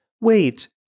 Wait